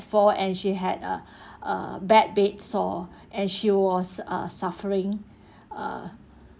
fall and she had a uh bad bed sore and she was uh suffering err